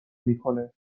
میکنه